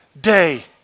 day